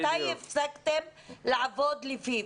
מתי הפסקתם לעבוד לפיו?